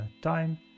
time